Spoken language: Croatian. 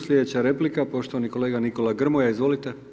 Slijedeća replika poštovani kolega Nikola Grmoja, izvolite.